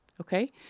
okay